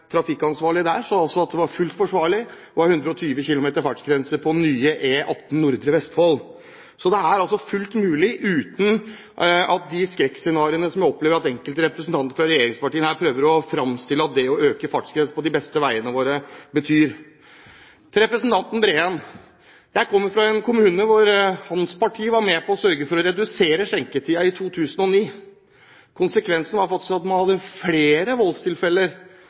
trafikkansvarlig der sa at det også er fullt forsvarlig å ha en fartsgrense på 120 km/t på nye E18 i nordre Vestfold. Så det er fullt mulig, uten disse skrekkscenarioene som jeg opplever at enkelte representanter fra regjeringspartiene prøver å framføre, å øke fartsgrensen på de beste veiene våre. Til representanten Breen: Jeg kommer fra en kommune hvor hans parti var med på å sørge for å redusere skjenketiden i 2009. Konsekvensen var faktisk at man hadde flere voldstilfeller